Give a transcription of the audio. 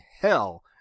hell